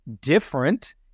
different